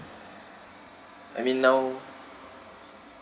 I mean now